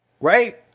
right